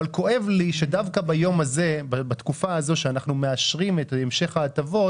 כואב לי שבתקופה הזאת שאנחנו מאשרים את המשך ההטבות